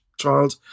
child